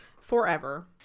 forever